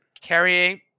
carrying